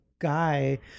Guy